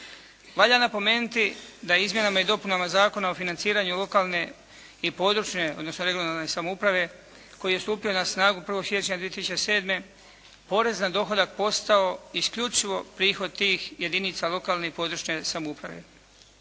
Valja napomenuti da je izmjenama i dopunama Zakona o financiranju lokalne i područne odnosno regionalne samouprave koji je stupio na snagu 1. siječnja 2007. porez na dohodak postao isključivo prihod tih jedinica lokalne i područne samouprave.